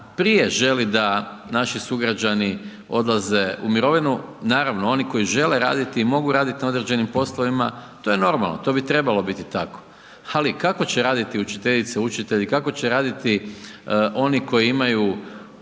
prije želi da naši sugrađani odlaze u mirovinu. Naravno, oni koji žele raditi i mogu raditi na određenim poslovima, to je normalno, to bi trebalo biti tako. Ali, kako će raditi učiteljica, učitelji, kako će raditi oni koji imaju